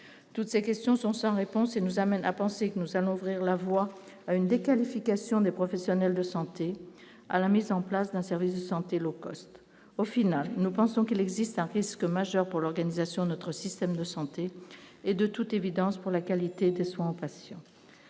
toutes ces questions sont sans réponse et nous amène à penser que nous allons ouvrir la voie à une déqualification des professionnels de santé à la mise en place d'un service de santé locaux au final nous pensons qu'il existe un risque majeur pour l'organisation de notre système de santé et de toute évidence, pour la qualité des soins aux patients,